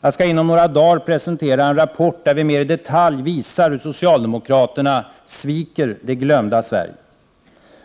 Jag skall inom några dagar presentera en rapport där vi mer i detalj visar hur socialdemokraterna sviker det glömda Sverige.